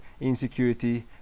insecurity